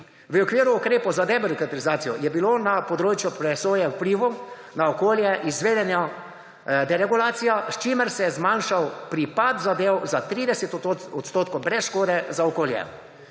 V okviru ukrepov za debirokratizacijo je bilo na področju presoje vplivov na okolje izvedena deregulacija, s čimer se je zmanjšal pripad zadev za 30 % brez škode za okolje.